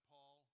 Paul